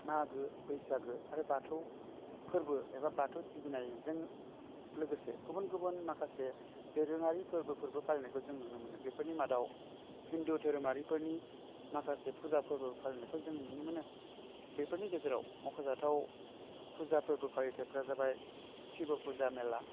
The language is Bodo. मागो बैसागो आरो बाथौ फोरबो एबा बाथौ सिबिनायजों लोगोसे गुबुन गुबुन माखासे दोरोङारि फोरबोफोरबो फालिनायखौ जों नुनो मोनो बेफोरनि मादाव हिन्दु धोरोमारिफोरनि माखासे फुजा फोरबो फालिनायखौ जों नुनो मोनो बेफोरनि गेजेराव मखजाथाव फुजा फोरबो फालिथाइफ्रा जाबाय सिब फुजा मेला